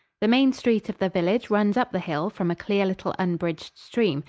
the main street of the village runs up the hill from a clear little unbridged stream,